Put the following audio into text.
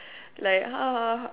like ha ha